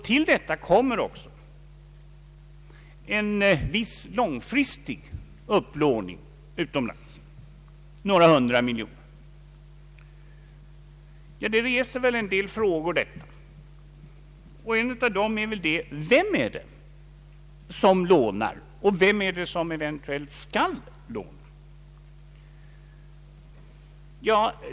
Till detta kommer också en viss långfristig upplåning utomlands på några hundra miljoner kronor. Detta väcker en del frågor: Vem är det som lånar, och vem eller vilka är det som eventuellt skall låna?